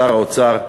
שר האוצר,